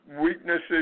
weaknesses